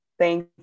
Thank